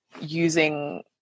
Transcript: using